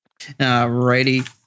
Alrighty